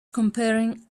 comparing